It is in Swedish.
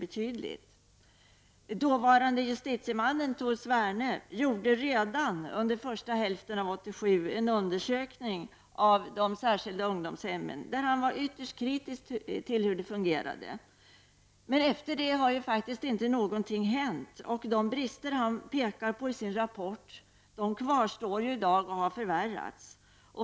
Under första hälften av 1987 gjorde dåvarande justitieombudsmannen Tor Sverne en undersökning av de särskilda ungdomshemmen, där han var ytterst kritisk till hur de fungerade. Efter detta har faktiskt ingenting hänt. De brister han pekade på i sin rapport kvarstår i dag och har förvärrats.